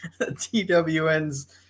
TWNs